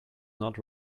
not